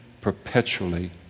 perpetually